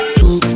two